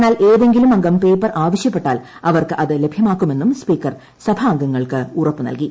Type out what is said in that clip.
എന്നാൽ ഏതെങ്കിലും അംഗം പേപ്പർ ആവശ്യപ്പെട്ടാൽ അവർക്ക് അത് ലഭ്യമാക്കുമെന്നും സ്പീക്കർ സഭാ അംഗങ്ങൾക്ക് ഉറപ്പ് നൽകി